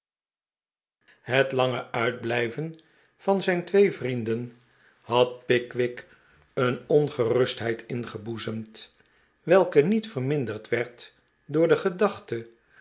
het lange uitblijven van zijn twee vrienden had pickwick een ongerustheid ingeboezemd welke niet verminderd werd door de gedachte